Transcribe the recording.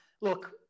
Look